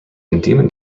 demon